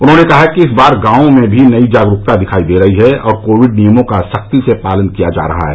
उन्होंने कहा कि इस बार गांवों में भी नई जागरूकता दिखाई दे रही है और कोविड नियमों का सख्ती से पालन किया जा रहा है